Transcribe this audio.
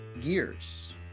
gears